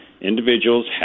individuals